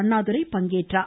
அண்ணாதுரை பங்கேற்றார்